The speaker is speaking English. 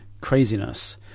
craziness